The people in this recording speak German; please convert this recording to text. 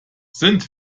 sind